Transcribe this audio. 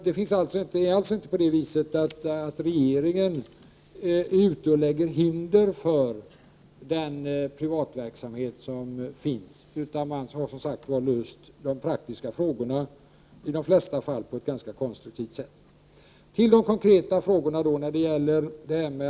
Det är alltså inte alls så att regeringen lägger hinder för den privata verksamhet som finns, utan man har, som sagt, löst de praktiska frågor i de flesta fall på ett ganska konstruktivt sätt. Så till de konkreta frågorna.